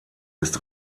ist